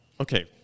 Okay